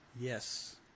Yes